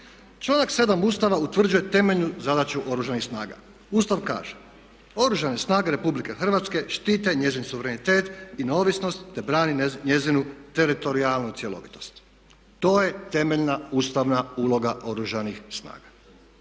Članak 7. Ustava utvrđuje temeljnu zadaću Oružanih snaga. Ustav kaže: "Oružane snage Republike Hrvatske štite njezin suverenitet i neovisnost te brani njezinu teritorijalnu cjelovitost." To je temeljna ustavna uloga Oružanih snaga.